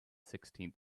sixteenth